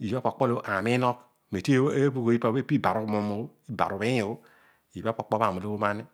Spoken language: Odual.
iibha pokpo lo ami umiinogh metieebugh ipabho meti ibarumuum tibarubhinyobho